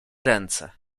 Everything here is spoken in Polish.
ręce